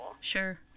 sure